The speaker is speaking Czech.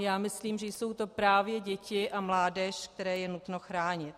Já myslím, že jsou to právě děti a mládež, které je nutno chránit.